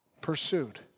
Pursued